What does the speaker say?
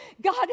God